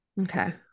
okay